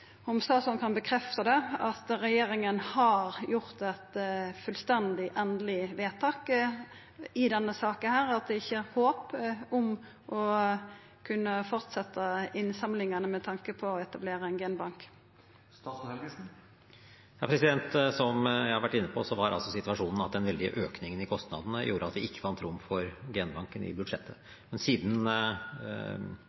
at det ikkje er håp om å kunna fortsetja innsamlingane med tanke på å kunna etablera ein genbank? Som jeg har vært inne på, var altså situasjonen at den veldige økningen i kostnadene gjorde at vi ikke fant rom for genbanken i budsjettet.